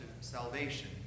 salvation